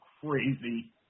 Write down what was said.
crazy